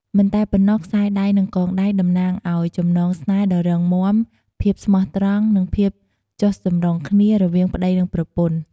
មិនតែប៉ុណ្ណោះខ្សែដៃ និងកងដៃ តំណាងឱ្យ ចំណងស្នេហ៍ដ៏រឹងមាំ ភាពស្មោះត្រង់ និងភាពចុះសម្រុងគ្នា រវាងប្តីនិងប្រពន្ធ។